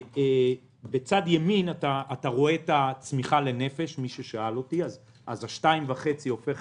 בצד ימין אתה רואה את הצמיחה לנפש אז 2.5% הופך